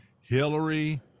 Hillary